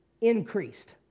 increased